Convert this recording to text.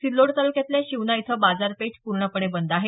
सिल्लोड तालुक्यातल्या शिवना इथं बाजारपेठ पूर्णपणे बंद आहे